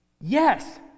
Yes